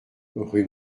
rue